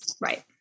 Right